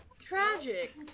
Tragic